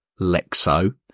Lexo